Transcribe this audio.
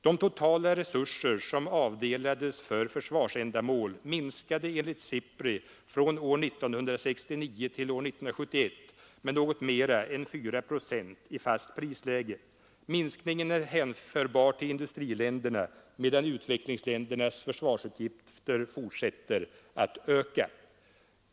De totala resurser som avdelades för försvarsändamål minskade enligt SIPRI från år 1969 till år 1971 med något mer än 4 procent i fast prisläge. Minskningen är hänförbar till industriländerna, medan utvecklingsländernas försvarsutgifter fortsätter att öka.